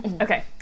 okay